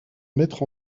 mettre